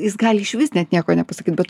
jis gali išvis net nieko nepasakyt bet